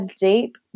deep